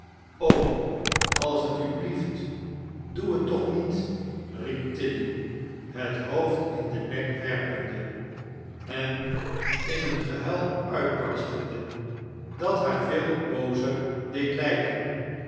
als t u blieft doe het toch niet riep tilly het hoofd in den nek werpende en in een gehuil uitbarstende dat haar veel op bozer deed lijken